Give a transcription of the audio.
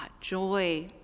joy